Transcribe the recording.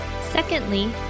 Secondly